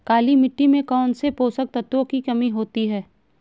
काली मिट्टी में कौनसे पोषक तत्वों की कमी होती है?